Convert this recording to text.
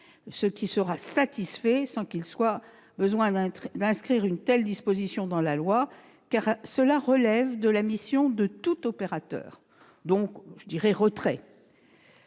ce qui sera satisfait sans qu'il soit besoin d'inscrire une telle disposition dans la loi, car cela relève de la mission de tout opérateur. Concernant